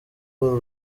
uru